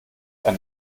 ein